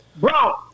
Bro